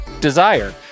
Desire